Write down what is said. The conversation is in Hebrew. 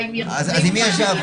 אז עם מי ישבת?